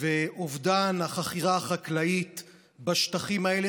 ואובדן החכירה החקלאית בשטחים האלה,